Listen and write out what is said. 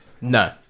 No